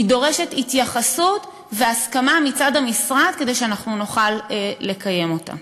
היא דורשת התייחסות והסכמה מצד המשרד כדי שאנחנו נוכל לקיים אותה.